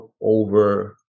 over